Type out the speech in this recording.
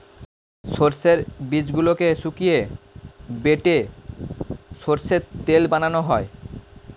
সর্ষের বীজগুলোকে শুকিয়ে বেটে সর্ষের তেল বানানো হয়